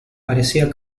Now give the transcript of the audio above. parecía